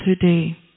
today